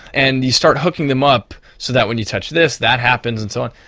and you start hooking them up so that when you touched this, that happens and so on.